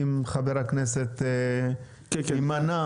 אם חבר הכנסת יימנע,